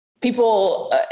people